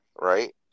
Right